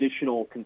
additional